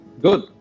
Good